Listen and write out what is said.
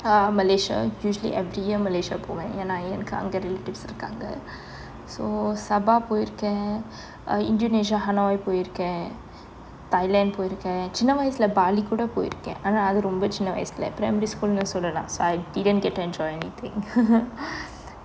err malaysia usually every year malaysia போவேன் ஏன்னா எனக்கு அங்கே:poven enna enakku ange relatives இருக்காங்க:irukkaanga so sabah போயிருக்கேன்:poyirukken uh indonesia hanoi போயிருக்கேன்:poyirukken thaliand போயிருக்கேன் என் சின்ன வயசுலே:poyirukken en chinna vayasule bali கூட போயிருக்கேன் ஆனா அது ரொம்ப சின்ன வயசுலே:koode poyirukken aana athu romba chinna vayasule primary school சொல்லலாம்:sollalam so I didn't get to enjoy anything